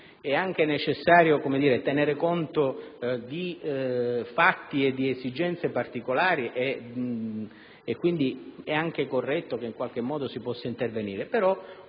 è anche necessario tenere conto di fatti e di esigenze particolari e quindi è anche corretto che in qualche modo si possa intervenire;